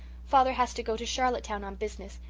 father has to go to charlottetown on business.